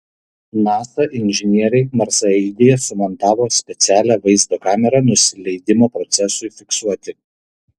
nasa inžinieriai marsaeigyje sumontavo specialią vaizdo kamerą nusileidimo procesui fiksuoti